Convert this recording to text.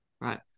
Right